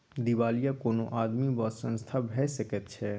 दिवालिया कोनो आदमी वा संस्था भए सकैत छै